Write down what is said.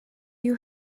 you